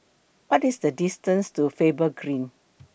What IS The distance to Faber Green